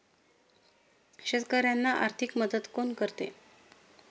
शेतकऱ्यांना आर्थिक मदत कोण करते?